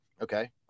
okay